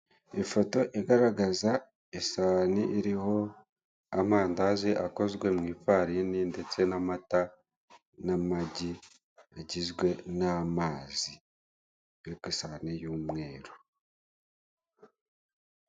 Ifoto igaragaza amandazi akozwe mu ifarine ndetse n'amata, n'amagi agiwe n'amazi ari ku isahani y'umweru.